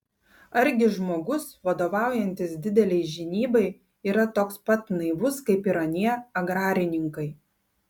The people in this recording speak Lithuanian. argi žmogus vadovaujantis didelei žinybai yra toks pat naivus kaip ir anie agrarininkai